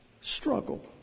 struggle